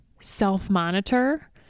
self-monitor